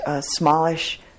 smallish